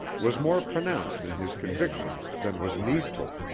was more pronounced in his convictions than was needful,